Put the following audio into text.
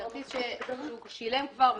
כרטיס שהוא שילם כבר מראש,